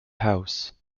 house